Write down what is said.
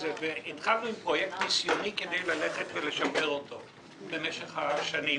התחלנו עם פרויקט ניסיוני כדי לשפר אותו במשך השנים,